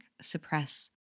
suppress